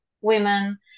women